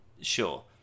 Sure